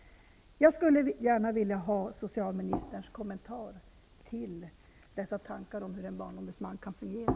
Jag skulle gärna vilja ha socialministerns kommentar till dessa tankar om hur en barnombudsman kan fungera.